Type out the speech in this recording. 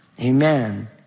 Amen